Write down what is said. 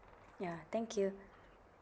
ya thank you